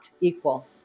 equal